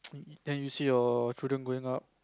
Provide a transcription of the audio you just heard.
and you see your children going up